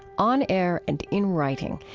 on air and in writing,